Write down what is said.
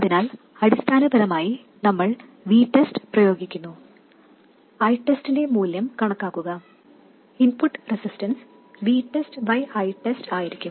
അതിനാൽ അടിസ്ഥാനപരമായി നമ്മൾ Vtest പ്രയോഗിക്കുന്നു Itest ന്റെ മൂല്യം കണക്കാക്കുക ഇൻപുട്ട് റെസിസ്റ്റൻസ് VtestItestആയിരിക്കും